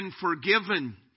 forgiven